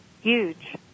huge